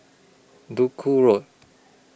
Duku Road